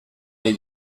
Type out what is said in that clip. nahi